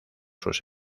sus